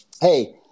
Hey